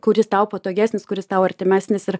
kuris tau patogesnis kuris tau artimesnis ir